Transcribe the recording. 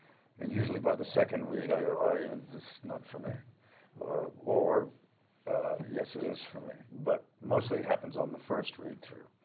and usually by the second read i go, and that's not for me or or yes it is for me. but mostly it happens on the first read through.